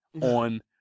on